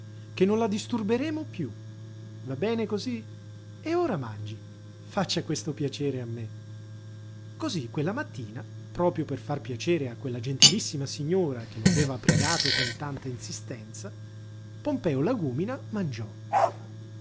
che non la disturberemo piú va bene cosí e ora mangi faccia questo piacere a me cosí quella mattina proprio per far piacere a quella gentilissima signora che lo aveva pregato con tanta insistenza pompeo lagúmina mangiò